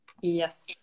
Yes